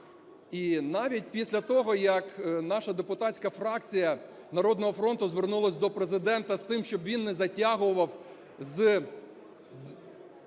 І навіть після того, як наша депутатська фракція "Народного фронту" звернулася до Президента з тим, щоб він не затягував з